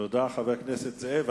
תודה, חבר הכנסת זאב.